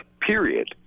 period